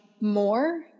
more